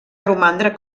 romandre